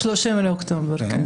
30 באוקטובר, כן.